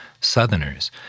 Southerners